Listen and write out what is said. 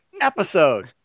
episode